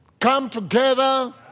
come-together